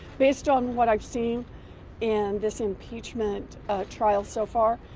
based on what i have seen and this impeachment trial so far,